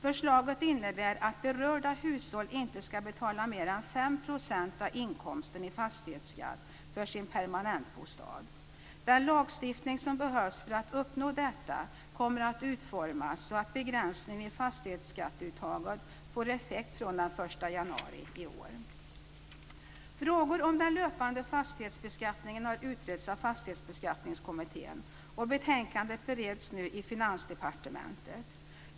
Förslaget innebär att berörda hushåll inte ska betala mer än 5 % av inkomsten i fastighetsskatt för sin permanentbostad. Den lagstiftning som behövs för att uppnå detta kommer att utformas så att begränsningen i fastighetsskatteuttaget får effekt från den 1 januari i år. Frågor om den löpande fastighetsbeskattningen har utretts av Fastighetsbeskattningskommittén, och betänkandet bereds nu i Finansdepartementet.